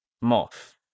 Moth